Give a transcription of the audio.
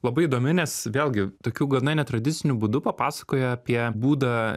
labai įdomi nes vėlgi tokiu gana netradiciniu būdu papasakoja apie būdą